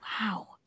wow